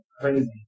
crazy